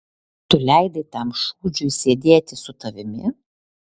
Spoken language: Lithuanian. tu leidai tam šūdžiui sėdėti su tavimi